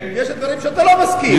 יש דברים שאתה לא מסכים,